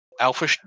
Alpha